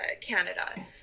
Canada